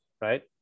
right